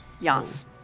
Yes